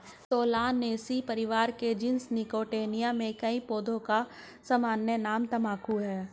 Solanaceae परिवार के genus Nicotiana में कई पौधों का सामान्य नाम तंबाकू है